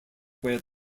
where